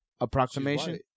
Approximation